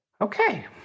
Okay